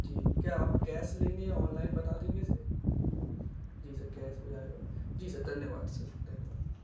जी क्या आप कैश लेंगे या ऑनलाइन बता देंगे इसे जी सर कैश हो जाएगा जी सर धन्यवाद सर धन्यवाद